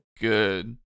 good